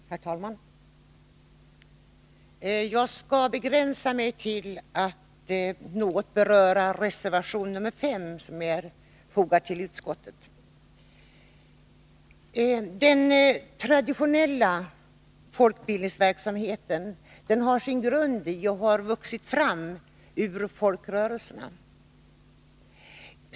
Herr talman! Jag skall begränsa mig till att något beröra reservation 5, som är fogad vid utskottets betänkande. Den traditionella folkbildningsverksamheten har sin grund i och har vuxit fram ur folkrörelserna.